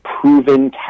proven